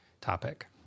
topic